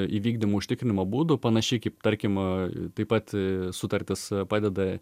įvykdymo užtikrinimo būdų panašiai kaip tarkim taip pat sutartis padeda